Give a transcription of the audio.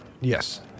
Yes